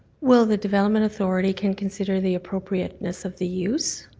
well, the development authority can consider the appropriateness of the use,